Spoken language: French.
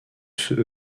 ceux